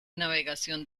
navegación